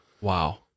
Wow